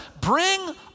bring